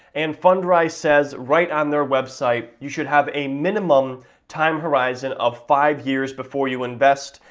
and fundrise says right on their website you should have a minimum time horizon of five years before you invest,